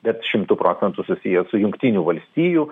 bet šimtu procentų susiję su jungtinių valstijų